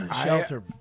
Shelter